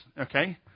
okay